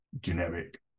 generic